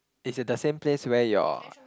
it's at the same place where your